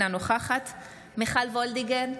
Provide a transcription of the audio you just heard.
אינה נוכחת מיכל מרים וולדיגר,